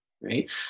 right